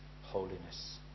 holiness